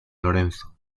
lorenzo